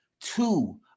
two